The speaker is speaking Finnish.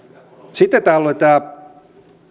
sitten täällä oli tämä